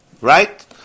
Right